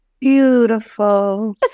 beautiful